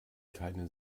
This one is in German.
keinen